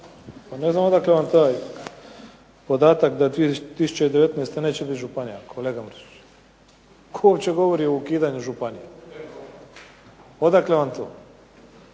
Ne znam odakle vam taj podatak da 2019. neće biti županija kolega Mršiću. Tko uopće govori o ukidanju županija? Odakle vam to?